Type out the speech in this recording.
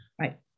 Right